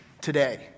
today